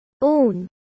own